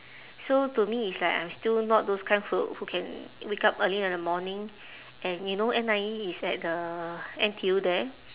so to me it's like I'm still not those kind who who can wake up early in the morning and you know N_I_E is at the N_T_U there